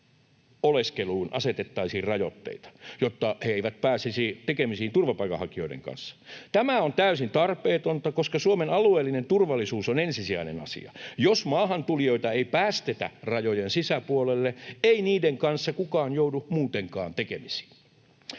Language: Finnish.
oleskeluun asetettaisiin rajoitteita, jotta he eivät pääsisi tekemisiin turvapaikanhakijoiden kanssa. Tämä on täysin tarpeetonta, koska Suomen alueellinen turvallisuus on ensisijainen asia. Jos maahantulijoita ei päästetä rajojen sisäpuolelle, ei niiden kanssa kukaan joudu muutenkaan tekemisiin.